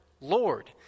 Lord